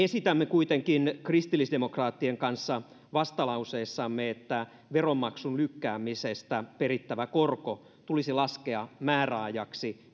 esitämme kuitenkin kristillisdemokraattien kanssa vastalauseessamme että veronmaksun lykkäämisestä perittävä korko tulisi laskea määräajaksi